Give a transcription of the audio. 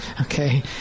okay